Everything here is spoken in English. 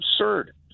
absurd